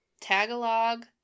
Tagalog